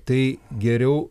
tai geriau